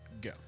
go